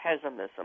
pessimism